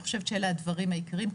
אני חושבת שאלה הדברים העיקריים,